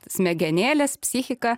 smegenėlės psichika